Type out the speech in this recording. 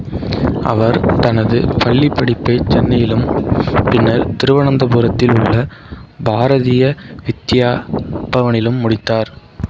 அவர் தனது பள்ளிப்படிப்பை சென்னையிலும் பின்னர் திருவனந்தபுரத்தில் உள்ள பாரதிய வித்யா பவனிலும் முடித்தார்